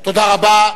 תודה רבה.